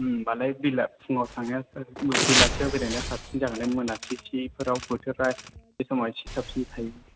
होम्बालाय बेला फुंआव थांनाया साबसिन बेलासेआव बेरायनाय साबसिन जागोन बे मोनासिफोराव बोथोरा एसे साबसिन थायो